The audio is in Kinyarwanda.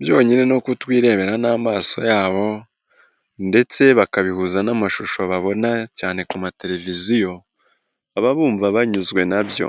byonyine no kutwirebera n'amaso yabo ndetse bakabihuza n'amashusho babona cyane ku mateleviziyo, baba bumva banyuzwe na byo.